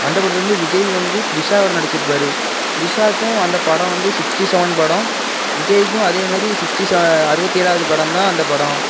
அந்த படத்தில் வந்து விஜய் த்ரிஷா கூட நடிச்சுருப்பாரு த்ரிஷாக்கும் அந்த படம் வந்து சிக்ஸ்ட்டி சவன் படம் விஜய்க்கும் அதே மாரி சிக்ஸ்டி சவ அறுபத்தி ஏழாவது படம் தான் அந்த படம்